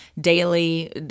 daily